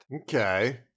okay